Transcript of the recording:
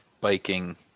biking